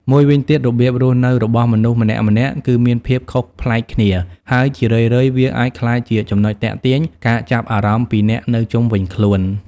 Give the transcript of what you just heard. មួយវិញទៀតរបៀបរស់នៅរបស់មនុស្សម្នាក់ៗ គឺមានភាពខុសប្លែកគ្នា ហើយជារឿយៗវាអាចក្លាយជាចំណុចទាក់ទាញការចាប់អារម្មណ៍ពីអ្នកនៅជុំវិញខ្លួន។